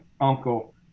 uncle